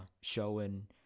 showing